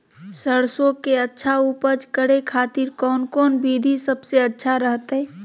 सरसों के अच्छा उपज करे खातिर कौन कौन विधि सबसे अच्छा रहतय?